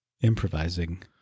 improvising